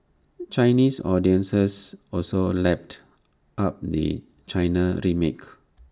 Chinese audiences also lapped up the China remake